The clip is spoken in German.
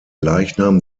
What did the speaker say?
leichnam